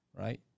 right